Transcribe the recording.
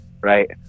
right